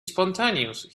spontaneous